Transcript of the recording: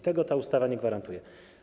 Tego ta ustawa nie gwarantuje.